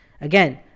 again